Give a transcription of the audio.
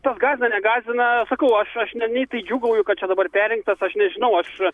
tas gąsdina negąsdina sakau aš aš nei tai džiūgauju kad čia dabar perrinktas aš nežinau aš